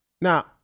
Now